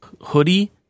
hoodie –